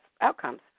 outcomes